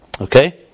Okay